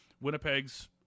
Winnipeg's